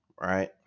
right